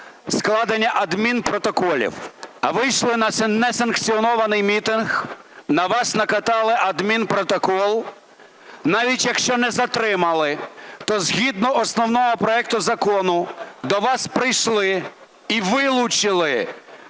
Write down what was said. складення адмінпротоколів. А вийшли на несанкціонований мітинг, на вас накатали адмінпротокол, навіть якщо не затримали, то згідно основного проекту закону до вас прийшли і вилучили